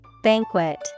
Banquet